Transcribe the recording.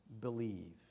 believe